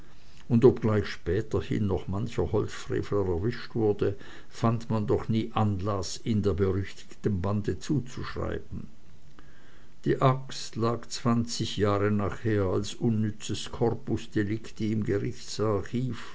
und obgleich späterhin noch mancher holzfrevler erwischt wurde fand man doch nie anlaß ihn der berüchtigten bande zuzuschreiben die axt lag zwanzig jahre nachher als unnützes corpus delicti im